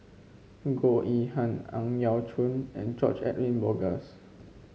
Goh Yihan Ang Yau Choon and George Edwin Bogaars